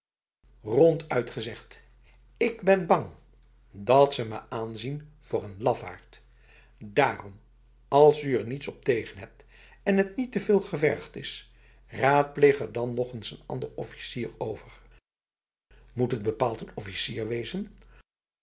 ronduit gezegd ik ben bang dat ze me aanzien voor een lafaard daarom als u er niets op tegen hebt en het niet te veel gevergd is raadpleeg er dan nog eens n andere officier over moet het bepaald een officier wezen